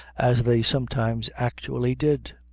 as they sometimes actually did